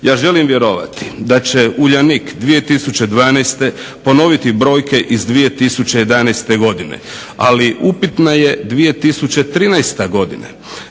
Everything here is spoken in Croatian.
Ja želim vjerovati da će Uljanik 2012.ponoviti brojke iz 2011.godine, ali upitna je 2013.godina.